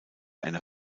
einer